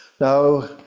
Now